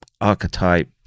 archetype